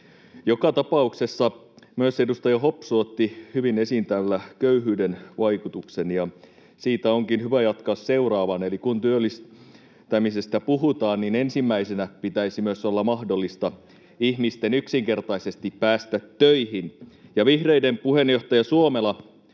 Joka tapauksessa myös edustaja Hopsu otti hyvin esiin täällä köyhyyden vaikutuksen, ja siitä onkin hyvä jatkaa seuraavaan. Eli kun työllistämisestä puhutaan, niin ensimmäisenä pitäisi myös olla mahdollista ihmisten yksinkertaisesti päästä töihin. Ja vihreiden puheenjohtaja Suomela